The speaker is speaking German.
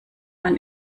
man